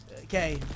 Okay